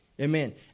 Amen